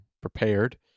prepared